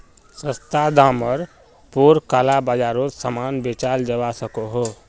सस्ता डामर पोर काला बाजारोत सामान बेचाल जवा सकोह